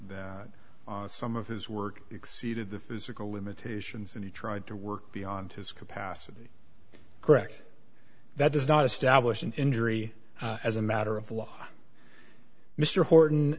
some of his work exceeded the physical limitations and he tried to work beyond his capacity correct that does not establish an injury as a matter of law mr horton